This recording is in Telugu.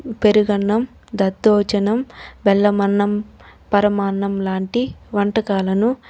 పెరుగన్నం దద్దోజనం బెల్లమన్నం పరమాన్నం లాంటి వంటకాలను